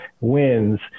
wins